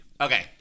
Okay